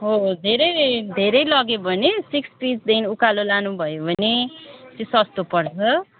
हो हो धेरै धेरै लग्यो भने सिक्स पिसदेखि उकालो लानुभयो भने त्यो सस्तो पर्छ